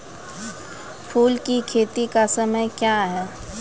फुल की खेती का समय क्या हैं?